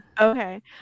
okay